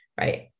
right